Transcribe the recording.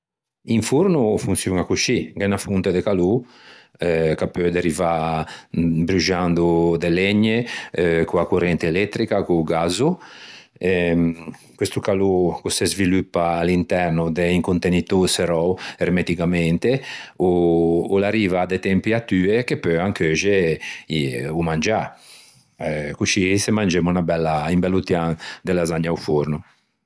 Un forno o fonçioña coscì. Gh'é unna fonte de calô ch'a peu derivâ bruxando de legne, euh co-a corrente elettrica, co-o gazzo ehm questo calô ch'o se sviluppa à l'interno de un contenitô serrou ermeticamente o o l'arriva à de tempiatue che peuan cheuxe i o mangiâ. Coscì se mangemmo unna bella un bello tian de lasagne a-o forno.